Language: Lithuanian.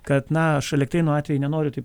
kad na aš elektrėnų atvejo nenoriu taip